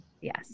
yes